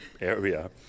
area